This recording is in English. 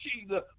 Jesus